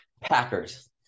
Packers